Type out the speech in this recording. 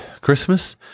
Christmas